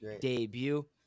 debut